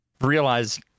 Realize